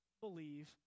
Believe